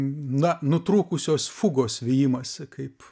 na nutrūkusios fugos vijimąsi kaip